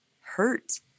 hurt